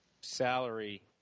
salary